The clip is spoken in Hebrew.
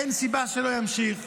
אין סיבה שלא ימשיך.